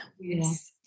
Yes